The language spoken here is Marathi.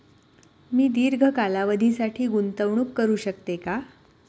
मी दीर्घ कालावधीसाठी गुंतवणूक करू शकते का?